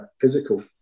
physical